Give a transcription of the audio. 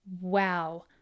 wow